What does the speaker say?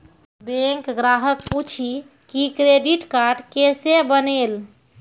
Bank ग्राहक पुछी की क्रेडिट कार्ड केसे बनेल?